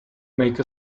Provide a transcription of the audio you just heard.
make